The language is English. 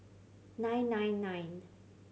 nine nine nine